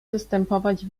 zastępować